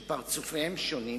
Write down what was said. שפרצופיהם שונים,